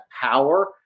power